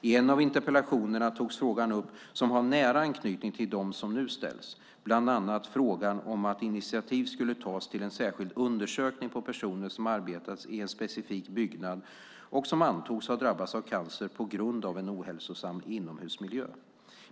I en av interpellationerna togs frågor upp som har nära anknytning till dem som ställs nu, bland annat frågan om att initiativ skulle tas till en särskild undersökning på personer som arbetat i en specifik byggnad och som antogs ha drabbats av cancer på grund av en ohälsosam inomhusmiljö.